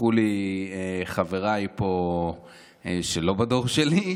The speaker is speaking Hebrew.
ויסלחו לי חבריי פה שלא בדור שלי,